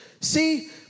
See